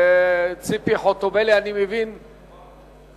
חברת הכנסת ציפי חוטובלי, אני מבין שאיננה.